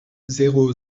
zéro